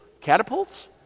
Catapults